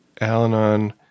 Al-Anon